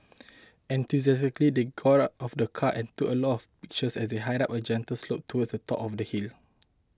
enthusiastically they got out of the car and took a lot of pictures as they hiked up a gentle slope towards the top of the hill